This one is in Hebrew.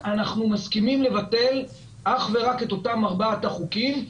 אנחנו מסכימים לבטל אך ורק את אותם ארבעה חוקים,